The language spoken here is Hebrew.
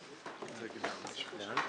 הישיבה ננעלה בשעה 12:40.